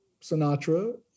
Sinatra